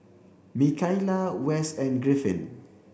Mikaila Wes and Griffin